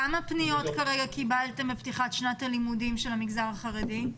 כמה פניות קיבלתם מפתיחת שנת הלימודים של המגזר החרדי?